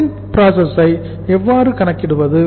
WIP ஐ எவ்வாறு கணக்கிடுவது